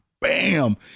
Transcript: bam